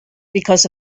because